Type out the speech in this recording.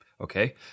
Okay